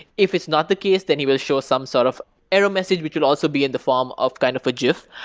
if it's not the case, then he will show some sort of error message, which could also be in the form of kind of a gif.